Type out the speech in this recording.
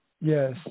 yes